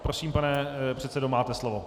Prosím, pane předsedo, máte slovo.